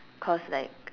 cause like